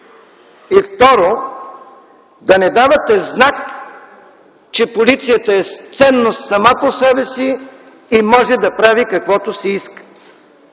и, второ, да не давате знак, че полицията е ценност сама по себе си и може да прави каквото си иска.